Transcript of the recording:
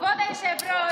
כבוד היושב-ראש,